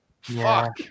Fuck